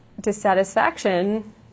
dissatisfaction